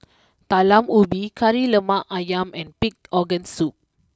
Talam Ubi Kari Lemak Ayam and Pig Organ Soup